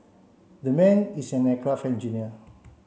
that man is an aircraft engineer